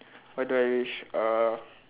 what do I wish uh